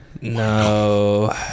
No